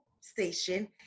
station